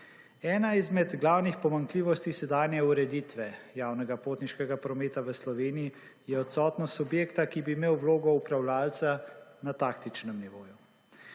Ena izmed glavnih pomanjkljivosti sedanje ureditve javnega potniškega prometa v Sloveniji je odsotnost subjekta, ki bi imel vlogo upravljavca na taktičnem nivoju.